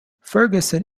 ferguson